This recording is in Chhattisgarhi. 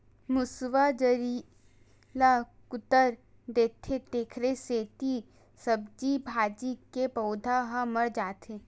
मूसवा जरई ल कुतर देथे तेखरे सेती सब्जी भाजी के पउधा ह मर जाथे